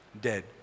dead